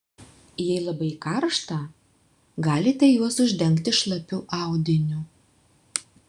jei labai karšta galite juos uždengti šlapiu audiniu